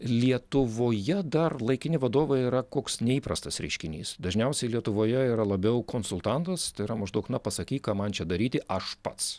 lietuvoje dar laikini vadovai yra koks neįprastas reiškinys dažniausiai lietuvoje yra labiau konsultantas tai yra maždaug na pasakyk ką man čia daryti aš pats